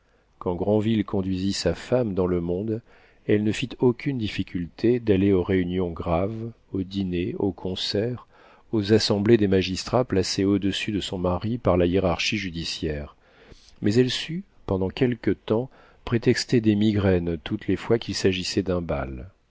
quand granville conduisit sa femme dans le monde elle ne fit aucune difficulté d'aller aux réunions graves aux dîners aux concerts aux assemblées des magistrats placés au-dessus de son mari par la hiérarchie judiciaire mais elle sut pendant quelque temps prétexter des migraines toutes les fois qu'il s'agissait d'un bal